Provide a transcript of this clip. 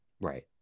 Right